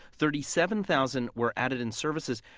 thirty-seven thousand were added in services,